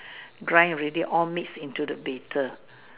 crying already on me is into the bitter